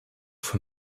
von